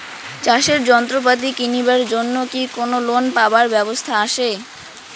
চাষের যন্ত্রপাতি কিনিবার জন্য কি কোনো লোন পাবার ব্যবস্থা আসে?